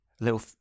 little